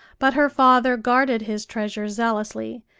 but her father guarded his treasure zealously,